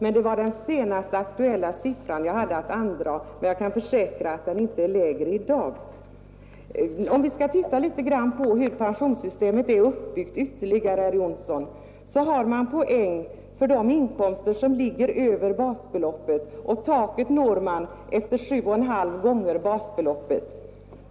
Det var den senast aktuella siffran jag hade att andra, men jag kan försäkra att den inte är lägre i dag. Om vi skall titta litet grand ytterligare på hur pensionssystemet är upplagt, herr Jonsson, så finner vi att man har poäng för de inkomster som ligger över basbeloppet, och taket når man efter 7,5 gånger basbeloppet.